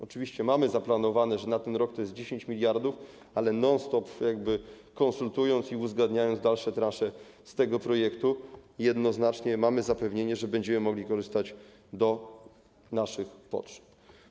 Oczywiście mamy zaplanowane, że na ten rok to jest 10 mld, ale non stop konsultując i uzgadniając dalsze transze z tego projektu, jednoznacznie mamy zapewnienie, że będziemy mogli korzystać według naszych potrzeb.